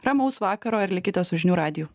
ramaus vakaro ir likite su žinių radiju